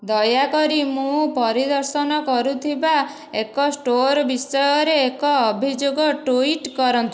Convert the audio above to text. ଦୟାକରି ମୁଁ ପରିଦର୍ଶନ କରୁଥିବା ଏକ ଷ୍ଟୋର ବିଷୟରେ ଏକ ଅଭିଯୋଗ ଟ୍ୱିଟ୍ କରନ୍ତୁ